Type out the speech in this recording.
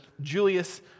Julius